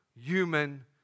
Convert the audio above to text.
human